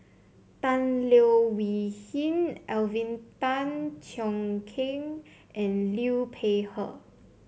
Tan Leo Wee Hin Alvin Tan Cheong Kheng and Liu Peihe